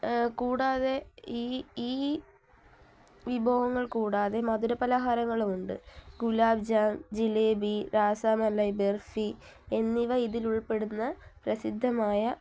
കൂടാതെ ഈ ഈ വിഭവങ്ങൾ കൂടാതെ മധുര പലഹാരങ്ങളുമുണ്ട് ഗുലാബ് ജാം ജിലേബി രാസമലൈ ബെർഫി എന്നിവ ഇതിലുൾപ്പെടുന്ന പ്രസിദ്ധമായ